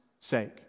sake